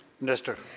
Minister